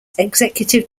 executive